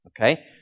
Okay